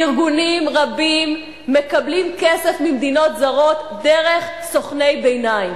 ארגונים רבים מקבלים כסף ממדינות זרות דרך סוכני ביניים.